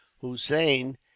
Hussein